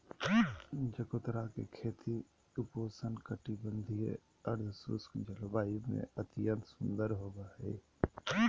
चकोतरा के खेती उपोष्ण कटिबंधीय, अर्धशुष्क जलवायु में अत्यंत सुंदर होवई हई